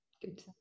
Good